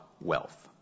wealth